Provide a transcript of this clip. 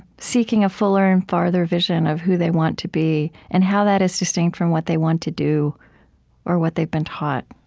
seeking a fuller and farther vision of who they want to be and how that is distinct from what they want to do or what they've been taught